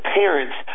parents